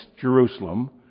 Jerusalem